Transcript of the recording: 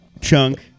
chunk